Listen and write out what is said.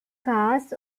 cars